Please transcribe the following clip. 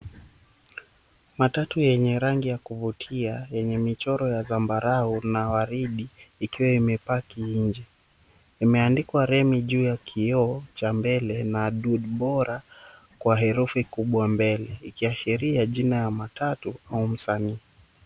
Matatu yenye rangi ya kuvutia, yenye michoro ya zambarau na waridi ikiwa imepaki nje. Imeandikwa, "Remi" juu ya kioo cha mbele, na "Dude Bora" kwa herufi kubwa mbele ikiashiria jina ya matatu au msanii.